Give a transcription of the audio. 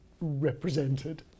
represented